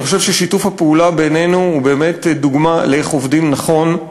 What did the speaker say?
אני חושב ששיתוף הפעולה בינינו הוא באמת דוגמה לאיך עובדים נכון,